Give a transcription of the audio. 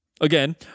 again